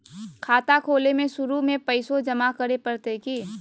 खाता खोले में शुरू में पैसो जमा करे पड़तई की?